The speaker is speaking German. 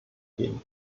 gehen